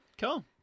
Cool